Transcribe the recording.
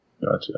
Gotcha